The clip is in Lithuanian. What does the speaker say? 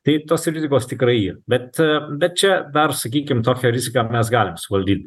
tai tos rizikos tikrai yra bet bet čia dar sakykim tokią riziką mes galim suvaldyt